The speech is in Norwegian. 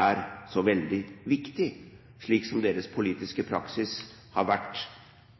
er så veldig viktig, slik som deres politiske praksis har vært